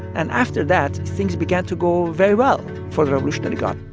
and after that, things began to go very well for the revolutionary guard.